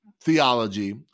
theology